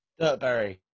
Dirtberry